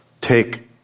take